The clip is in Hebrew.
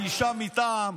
"האישה מטעם",